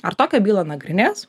ar tokią bylą nagrinės